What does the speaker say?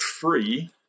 free